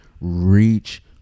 reach